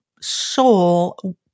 soul